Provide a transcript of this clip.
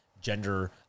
gender